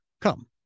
Come